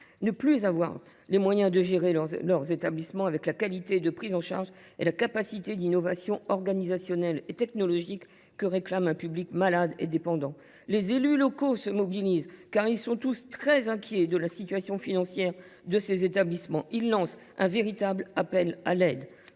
ne plus avoir les moyens de gérer leurs établissements avec la qualité de prise en charge et la capacité d’innovation organisationnelle et technologique que réclame un public malade et dépendant. Les élus locaux se mobilisent, car ils sont très inquiets de la situation financière de ces établissements. Ils lancent un véritable appel à l’aide.